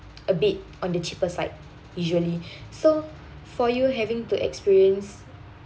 a bit on the cheapest site usually so for you having to experience